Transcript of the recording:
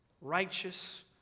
righteous